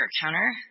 counter